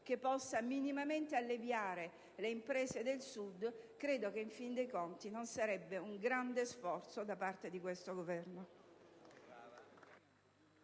che possa minimamente alleviare le imprese del Sud credo che, in fin dei conti, non sarebbe un grande sforzo da parte di questo Governo.